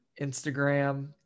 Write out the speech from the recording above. instagram